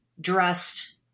dressed